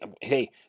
hey